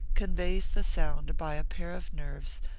conveys the sound by a pair of nerves,